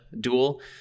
duel